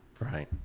Right